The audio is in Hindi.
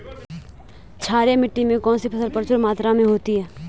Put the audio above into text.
क्षारीय मिट्टी में कौन सी फसल प्रचुर मात्रा में होती है?